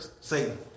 Satan